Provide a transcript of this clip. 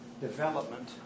development